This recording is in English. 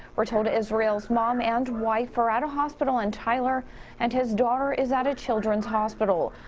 we're told israel's mom and wife are at a hospital in tyler and his daughter is at a children's hospital.